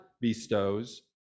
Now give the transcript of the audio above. bestows